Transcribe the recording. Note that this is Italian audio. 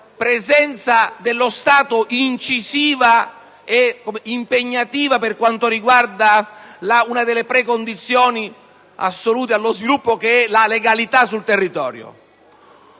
presenza dello Stato incisiva ed impegnativa in relazione ad una delle precondizioni assolute per lo sviluppo, che è la legalità sul territorio.